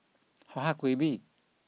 how hard could it be